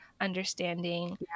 understanding